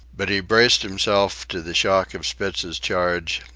but he braced himself to the shock of spitz's charge,